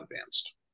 advanced